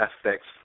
aspects